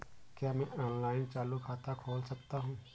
क्या मैं ऑनलाइन चालू खाता खोल सकता हूँ?